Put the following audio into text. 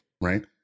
Right